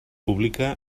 pública